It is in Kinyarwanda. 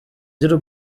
ry’u